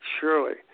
surely